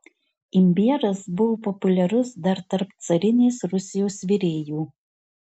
imbieras buvo populiarus dar tarp carinės rusijos virėjų